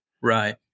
Right